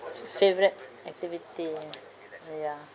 favourite activity ah ya